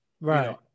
Right